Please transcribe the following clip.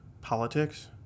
politics